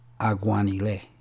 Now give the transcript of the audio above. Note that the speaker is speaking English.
Aguanile